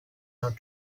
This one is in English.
not